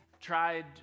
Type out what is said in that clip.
Tried